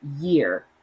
year